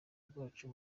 bwacu